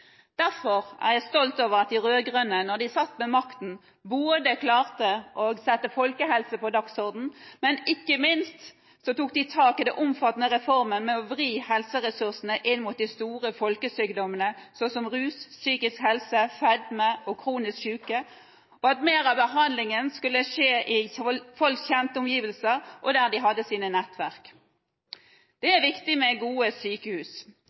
Derfor er jeg stolt over at de rød-grønne, da de satt ved makten, klarte å sette folkehelse på dagsordenen, og ikke minst over at de tok tak i den omfattende reformen med å vri helseressursene inn mot de store folkesykdommene – sånn som rus, psykisk helse, fedme og kronisk syke – og at mer av behandlingen skulle skje i folks kjente omgivelser, der de har sine nettverk. Det er viktig med gode sykehus.